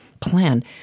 plan